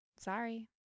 Sorry